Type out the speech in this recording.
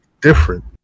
different